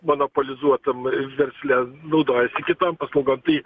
monopolizuotam versle naudojasi kitom paslaugom tai